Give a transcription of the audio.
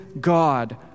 God